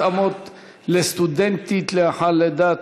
התאמות לסטודנטית לאחר לידה),